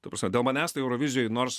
ta prasme dėl manęs tai eurovizijoj nors